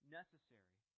necessary